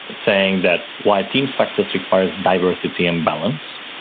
saying that why team success requires diversity and balance,